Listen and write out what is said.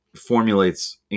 formulates